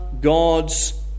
God's